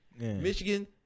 Michigan